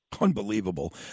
Unbelievable